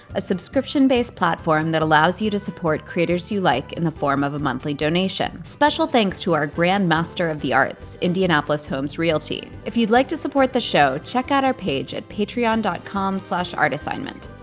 a subscription based platform that allows you to support creators you like in the form of a monthly donation. special thanks to our grand master of the arts, indianapolis home realty. if you'd like to support the show, check out our page at patreon com artassignment.